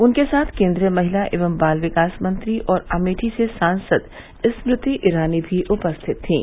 उनके साथ केंद्रीय महिला एवं बाल विकास मंत्री और अमेठी से सांसद स्मृति ईरानी भी उपस्थित थीं